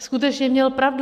Skutečně měl pravdu.